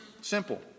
simple